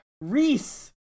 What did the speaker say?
Reese